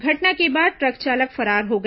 घटना के बाद ट्रक चालक फरार हो गया